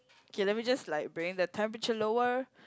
okay let me just like bring the temperature lower